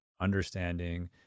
understanding